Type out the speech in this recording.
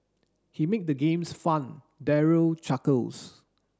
he make the games fun Daryl chuckles